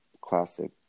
classic